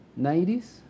90s